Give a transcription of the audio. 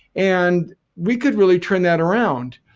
and we could really turn that around.